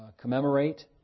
commemorate